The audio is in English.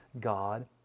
God